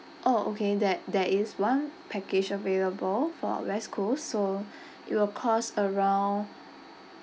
oh okay there there is one package available for west coast so it will cost around